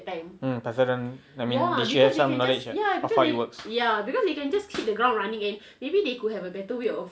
pasal macam I mean they share some knowledge ah how far you work